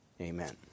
Amen